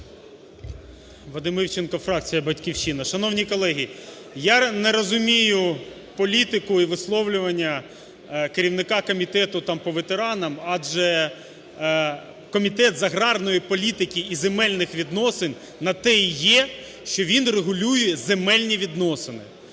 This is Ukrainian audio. Шановні колеги, я не розумію політику і висловлення керівника Комітету там по ветеранам, адже Комітет з аграрної політики і земельних відносин на те і є, що він регулює земельні відносини.